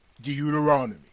Deuteronomy